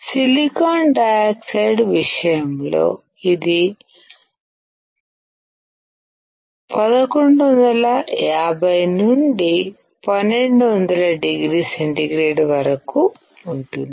silicon dioxide విషయంలో ఇది 1150 నుండి 1200oC వరకు ఉంటుంది